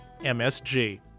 MSG